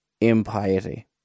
impiety